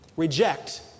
reject